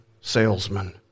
salesman